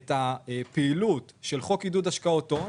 את הפעילות של חוק עידוד השקעות הון